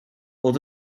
oedd